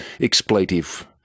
expletive